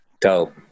Dope